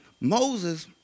Moses